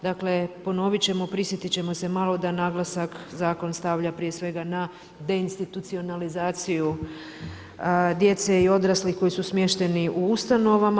Dakle ponovit ćemo, prisjetit ćemo se malo da naglasak zakon stavlja prije svega na deinstitucionalizaciju djece i odraslih koji su smješteni u ustanovama.